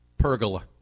pergola